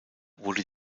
wurde